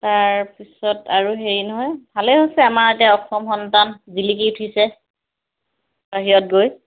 তাৰপিছত আৰু হেৰি নহয় ভালেই হৈছে আমাৰ এতিয়া অসম সন্তান জিলিকি উঠিছে বাহিৰত গৈ